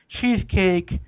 cheesecake